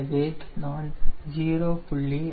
எனவே நான் 0